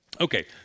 Okay